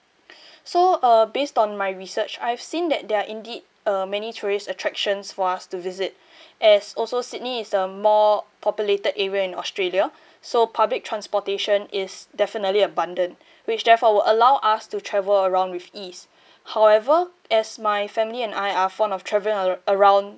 so uh based on my research I've seen that there are indeed uh many tourist attractions for us to visit as also sydney is the more populated area in australia so public transportation is definitely abundant which therefore will allow us to travel around with ease however as my family and I are fond of travelling ar~ around